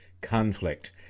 conflict